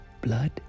blood